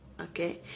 Okay